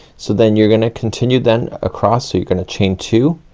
so then you're gonna continue then across. so you're gonna chain two,